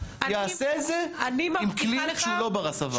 יעשה את זה עם כלי שהוא לא בר הסבה,